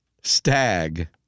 stag